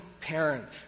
parent